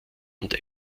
und